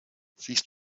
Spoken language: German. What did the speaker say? siehst